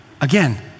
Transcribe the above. again